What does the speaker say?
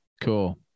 cool